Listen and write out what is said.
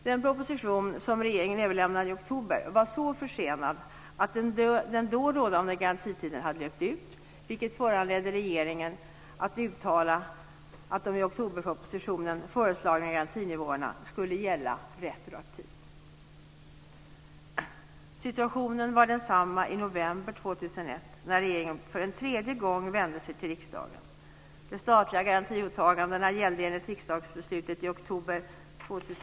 Den proposition som regeringen överlämnade i oktober var så försenad att den då rådande garantitiden hade löpt ut, vilket föranledde regeringen att uttala att de i oktoberpropositionen föreslagna garantinivåerna skulle gälla retroaktivt. Situationen var densamma i november 2001, när regeringen för en tredje gång vände sig till riksdagen.